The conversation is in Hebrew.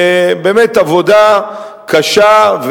באמת עבודה קשה,